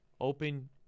open